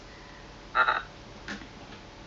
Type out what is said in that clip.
hold a lot of shares [tau] so I think